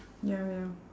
ya ya